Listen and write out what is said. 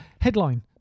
headline